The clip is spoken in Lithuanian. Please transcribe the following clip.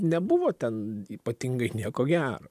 nebuvo ten ypatingai nieko gero